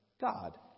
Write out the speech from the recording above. God